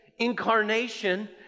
Incarnation